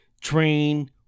train